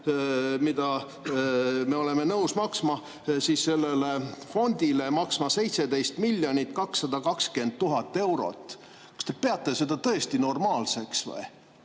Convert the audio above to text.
mida me oleme nõus maksma, sellele fondile maksma 17 220 000 eurot. Kas te peate seda tõesti normaalseks või?